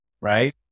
right